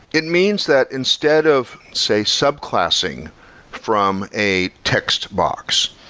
it means that instead of, say, subclassing from a text box,